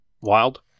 Wild